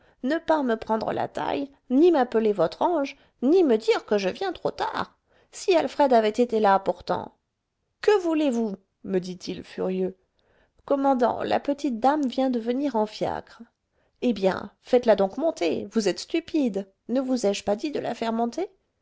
ne pas me prendre la taille ni m'appeler votre ange ni me dire que je viens trop tard si alfred avait été là pourtant que voulez-vous me dit-il furieux commandant la petite dame vient de venir en fiacre eh bien faites-la donc monter vous êtes stupide ne vous ai-je pas dit de la faire monter